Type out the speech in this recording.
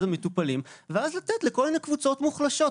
המטופלים ואז לתת לכל מיני קבוצות מוחלשות?